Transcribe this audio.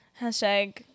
Hashtag